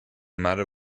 matter